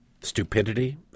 Stupidity